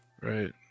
Right